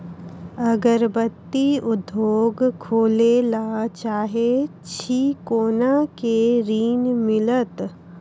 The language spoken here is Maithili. अगरबत्ती उद्योग खोले ला चाहे छी कोना के ऋण मिलत?